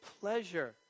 pleasure